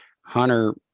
Hunter